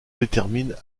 détermine